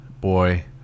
boy